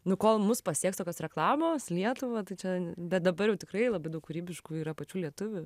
nu kol mus pasieks tokios reklamos lietuvą tai čia bet dabar jau tikrai labai daug kūrybiškų yra pačių lietuvių